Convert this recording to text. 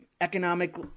economic